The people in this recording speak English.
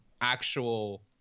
actual